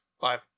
Five